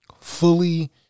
fully